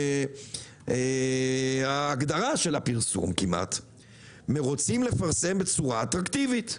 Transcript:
זו הגדרת הפרסום, רוצים לפרסם בצורה אטרקטיבית.